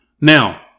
Now